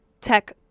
tech